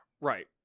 right